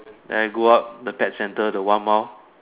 then I go up the pet center the one mile